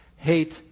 Hate